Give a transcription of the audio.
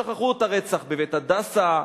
שכחו את הרצח ב"בית הדסה",